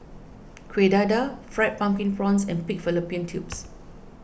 Kuih Dadar Fried Pumpkin Prawns and Pig Fallopian Tubes